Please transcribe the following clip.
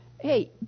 Hey